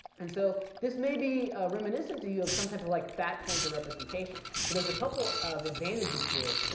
and so this may be reminiscent to you of some type of like fact pointer representation, but there's a couple of advantages here,